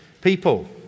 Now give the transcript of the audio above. people